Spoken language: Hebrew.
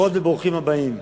ברוכות וברוכים הבאים.